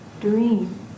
dream